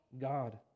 God